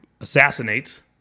assassinate